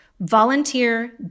volunteer